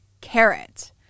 carrot